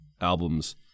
albums